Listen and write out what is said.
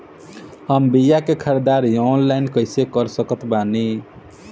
हम बीया के ख़रीदारी ऑनलाइन कैसे कर सकत बानी?